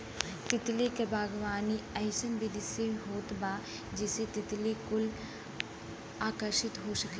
तितली क बागवानी अइसन विधि से होत बा जेसे तितली कुल आकर्षित हो सके